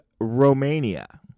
Romania